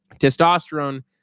Testosterone